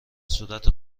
صورت